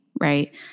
right